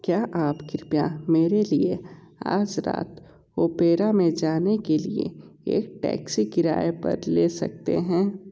क्या आप कृपया मेरे लिए आज रात ओपेरा में जाने के लिए एक टैक्सी किराए पर ले सकते हैं